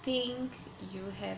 think you have